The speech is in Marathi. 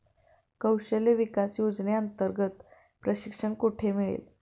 कौशल्य विकास योजनेअंतर्गत प्रशिक्षण कुठे मिळेल?